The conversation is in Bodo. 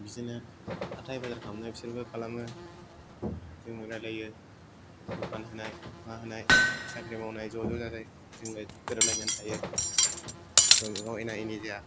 बिदिनो हाथाय बाजार खालामनाय बिसोरबो खालामो जोंजों रायलायो दखान होनाय मा होनाय साख्रि मावनाय ज'ज' जाजाय जोंलाय गोरोब लायनानै थायो गावजोंगाव एना एनि जाया